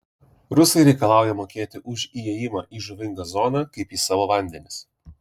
rusai reikalauja mokėti už įėjimą į žuvingą zoną kaip į savo vandenis